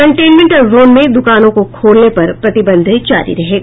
containment zone में दुकानों को खोलने पर प्रतिबंध जारी रहेगा